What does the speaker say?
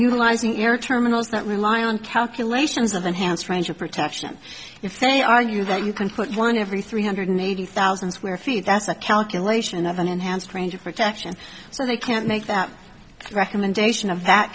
utilizing air terminals that rely on calculations of enhanced range of protection if they argue that you can put one every three hundred eighty thousand square feet that's a calculation of an enhanced range of protection so they can't make that recommendation of